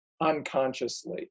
unconsciously